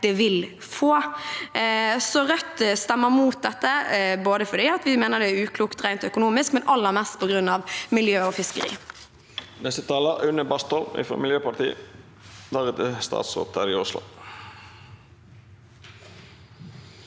den vil få. Rødt stemmer mot dette fordi vi mener det er uklokt rent økonomisk, men aller mest på grunn av miljø og fiskeri.